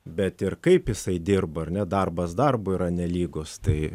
bet ir kaip jisai dirbo ar ne darbas darbui yra nelygus tai